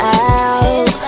out